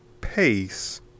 pace